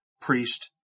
priest